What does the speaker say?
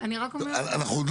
רק מעל הקרקע.